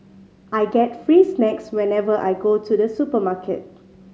I get free snacks whenever I go to the supermarket